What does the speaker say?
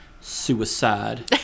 suicide